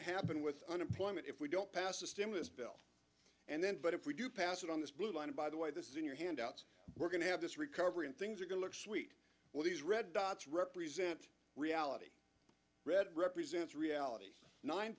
to happen with unemployment if we don't pass a stimulus bill and then but if we do pass it on this blue line by the way this is in your handout we're going to have this recovery and things are going look sweet well these red dots represent reality red represents reality nine